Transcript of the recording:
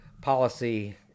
policy